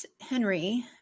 Henry